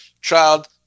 child